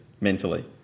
mentally